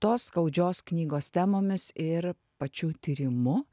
tos skaudžios knygos temomis ir pačiu tyrimu